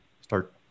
start